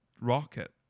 rocket